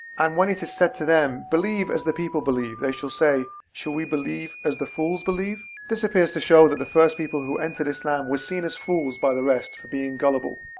and when it is said to them believe as the people believe, they say shall we believe as the fools believe? this appears to show that the first people who entered islam were seen as fools by the rest for being gullible.